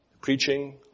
preaching